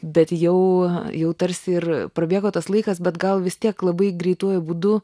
bet jau jau tarsi ir prabėgo tas laikas bet gal vis tiek labai greituoju būdu